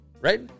right